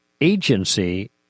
agency